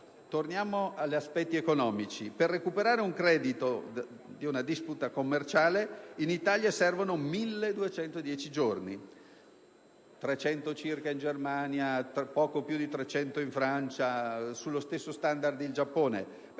Torniamo allora agli aspetti economici. Per recuperare un credito di una disputa commerciale in Italia servono 1.210 giorni; 300 circa in Germania, poco più di 300 in Francia (e siamo sugli stessi standard in Giappone).